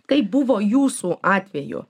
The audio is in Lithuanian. kaip buvo jūsų atveju